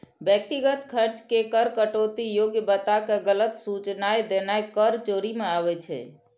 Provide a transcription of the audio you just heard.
व्यक्तिगत खर्च के कर कटौती योग्य बताके गलत सूचनाय देनाय कर चोरी मे आबै छै